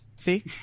See